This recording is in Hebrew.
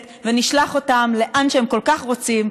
נפזר את הכנסת ונשלח אותם לאן שהם כל כך רוצים,